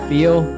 Feel